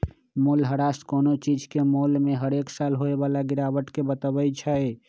मूल्यह्रास कोनो चीज के मोल में हरेक साल होय बला गिरावट के बतबइ छइ